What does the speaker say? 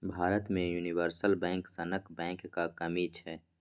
भारत मे universal bank सनक बैंकक कमी छै